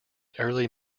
early